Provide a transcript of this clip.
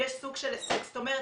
יש סוג של זאת אומרת,